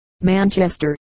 Manchester